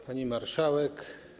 Pani Marszałek!